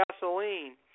gasoline